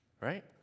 right